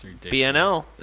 BNL